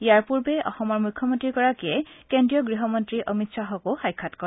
ইয়াৰ পৰ্বে অসমৰ মখ্যমন্ত্ৰী গৰাকীয়ে কেন্দ্ৰীয় গৃহমন্ত্ৰী অমিত খাহকো সাক্ষাৎ কৰে